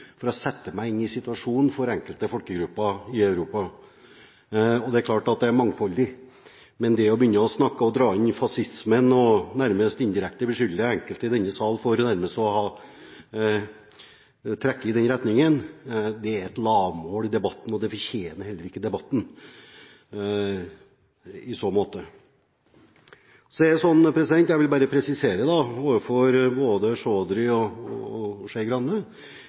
for å sette meg inn i situasjonen for enkelte folkegrupper i Europa. Det er klart at den er mangfoldig, men det å begynne å snakke om, og dra inn, fascismen, og indirekte beskylde enkelte i denne sal for nærmest å ha trukket i den retningen, er et lavmål i debatten, og det fortjener heller ikke debatten, i så måte. Så er det sånn, og jeg vil bare presisere det overfor både Chaudhry og Skei Grande,